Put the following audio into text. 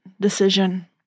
decision